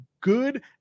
good –